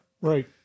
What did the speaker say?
Right